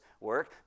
work